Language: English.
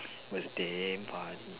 what is damn funny